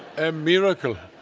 a miracle.